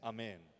Amen